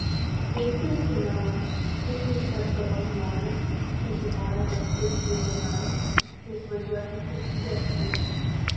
jis prisimena kaip nustebdavo žmonės sužinoję kad studijų mainams jis važiuosiantis į estiją